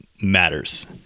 matters